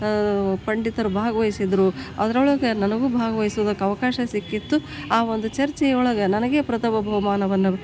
ಪಂಡಿತರು ಭಾಗವಹಿಸಿದ್ರು ಅದ್ರೊಳಗೆ ನನಗೂ ಭಾಗವಹಿಸುದಕ್ಕೆ ಅವಕಾಶ ಸಿಕ್ಕಿತ್ತು ಆ ಒಂದು ಚರ್ಚೆ ಒಳಗೆ ನನಗೇ ಪ್ರಥಮ ಬಹುಮಾನವನ್ನು